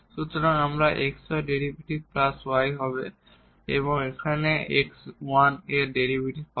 সুতরাং আমরা এখানে x y derivative plus y হবে এবং এখানে x 1 এর ডেরিভেটিভ পাবো